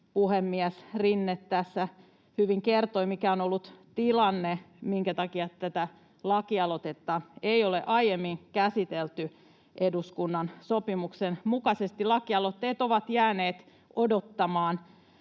puhemies Rinne tässä hyvin kertoi, mikä on ollut tilanne, minkä takia tätä lakialoitetta ei ole aiemmin käsitelty: eduskunnan sopimuksen mukaisesti lakialoitteet ovat jääneet odottamaan,